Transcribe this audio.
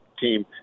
team